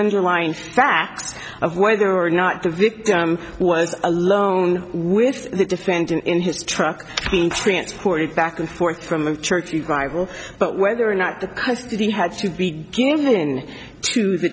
underlying facts of whether or not the victim was alone with the defendant in his truck transported back and forth from of church rival but whether or not the custody had to be given to the